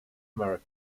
america